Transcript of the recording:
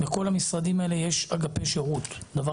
ובכל המשרדים האלה יש אגפי שירות - דבר